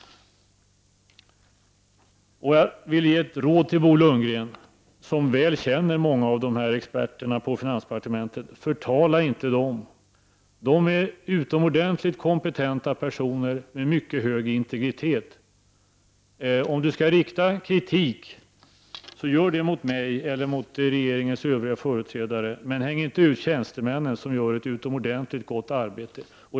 Jag vill ge ett råd till Bo Lundgren, som väl känner många av de här experterna på finansdepartementet: Förtala inte dem! De är utomordentligt kompetenta personer med mycket hög integritet. Om ni skall rikta kritik, så gör det mot mig eller mot regeringens övriga företrädare. Men häng inte ut tjänstemännen, som gör ett utomordentligt gott arbete.